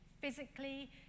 physically